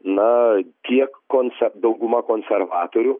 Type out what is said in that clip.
na kiek konse dauguma konservatorių